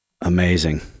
Amazing